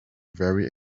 very